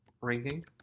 ranking